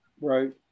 Right